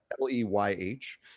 L-E-Y-H